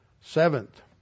Seventh